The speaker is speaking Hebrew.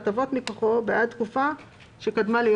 להטבה עם המשפחות האלה שנפגעו,